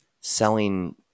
selling